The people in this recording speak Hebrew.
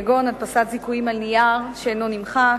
כגון הדפסת זיכויים על נייר שאינו נמחק,